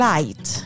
Light